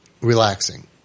relaxing